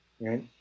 right